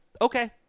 okay